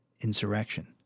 insurrection